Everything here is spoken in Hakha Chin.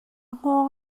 hngawng